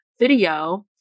video